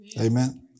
Amen